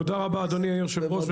תודה רבה אדוני היושב-ראש,